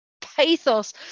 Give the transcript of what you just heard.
pathos